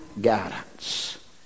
guidance